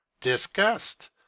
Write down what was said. disgust